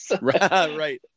Right